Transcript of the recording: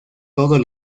todos